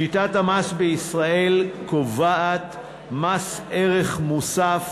שיטת המס בישראל קובעת מס ערך מוסף